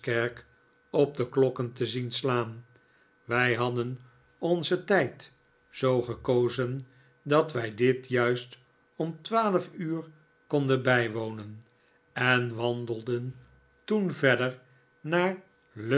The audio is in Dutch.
op de klokken te zien slaan wij hadden onzen tijd zoo gekozen dat wij dit juist om twaalf uur konden bijwonen en wandelden toen verder naar